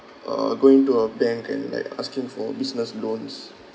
uh going to a bank and like asking for business loans